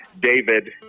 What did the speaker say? David